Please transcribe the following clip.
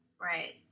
Right